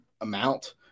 amount